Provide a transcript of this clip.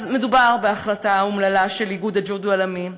מדובר בהחלטה אומללה של איגוד הג'ודו העולמי.